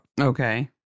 okay